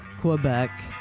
Quebec